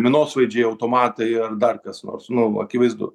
minosvaidžiai automatai ar dar kas nors nu akivaizdų